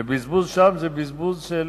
ובזבוז שם זה בזבוז של